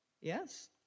Yes